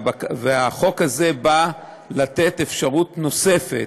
החוק הזה בא לתת אפשרות נוספת,